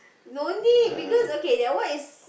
don't need because okay that one is